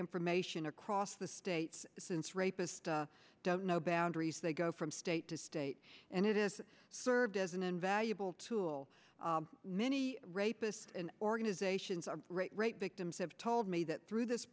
information across the states since rapists don't know boundaries they go from state to state and it is served as an invaluable tool many rapists and organizations are rape victims have told me that through this